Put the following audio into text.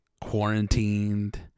quarantined